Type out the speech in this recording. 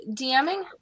DMing